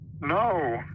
No